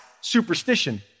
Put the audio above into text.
superstition